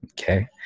okay